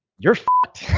you're fucked.